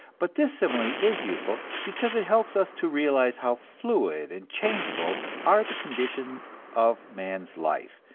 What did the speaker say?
but this simile is useful because it helps us to realize how fluid and changeable are the conditions of man's life,